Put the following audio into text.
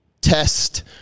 test